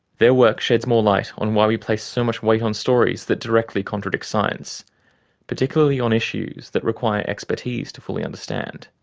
their work sheds more light on why we place so much weight on stories that directly contradict science particularly on issues that require expertise to fully understand.